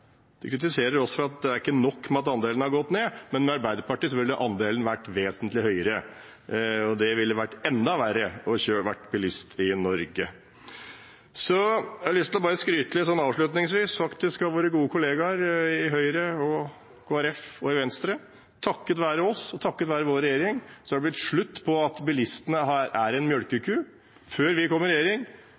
De kritiserer oss for at det ikke er nok at andelen har gått ned, men med Arbeiderpartiet ville andelen vært vesentlig høyere. Da ville det vært enda verre å være bilist i Norge. Så har jeg avslutningsvis lyst til å skryte av våre gode kollegaer i Høyre, Kristelig Folkeparti og Venstre. Takket være oss og vår regjering har det blitt slutt på at bilistene er en melkeku. Før vi kom i regjering,